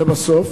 לבסוף,